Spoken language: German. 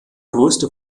größte